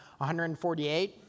148